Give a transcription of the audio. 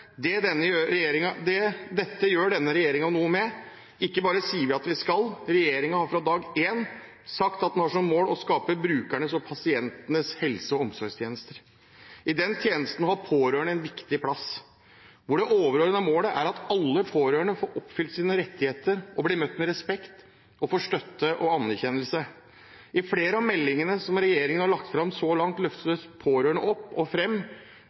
Dette gjør denne regjeringen noe med – ikke bare sier vi at vi skal. Regjeringen har fra dag én sagt at den har som mål å skape brukernes og pasientenes helse- og omsorgstjeneste. I den tjenesten har pårørende en viktig plass, det overordnede målet er at alle pårørende får oppfylt sine rettigheter, blir møtt med respekt og får støtte og anerkjennelse. I flere av meldingene som regjeringen har lagt fram så langt, løftes pårørende opp og